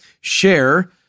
share